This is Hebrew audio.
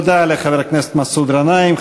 תודה לחבר הכנסת מסעוד גנאים.